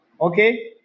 Okay